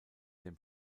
dem